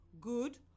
good